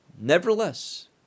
nevertheless